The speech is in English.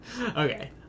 Okay